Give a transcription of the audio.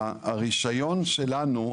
הרישיון שלנו,